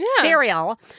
Cereal